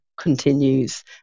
continues